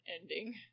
ending